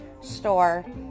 store